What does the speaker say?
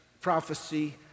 prophecy